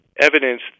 evidence